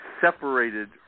separated